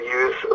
use